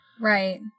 Right